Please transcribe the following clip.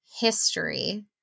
history